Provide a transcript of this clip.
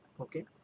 okay